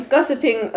Gossiping